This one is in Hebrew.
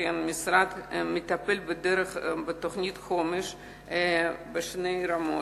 לכן המשרד מטפל דרך תוכנית חומש בשתי רמות: